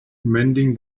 mending